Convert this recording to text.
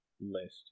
list